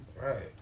Right